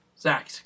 Zach